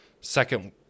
second